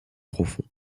profond